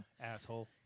asshole